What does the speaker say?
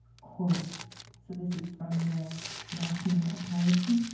quote so this is from the national apology.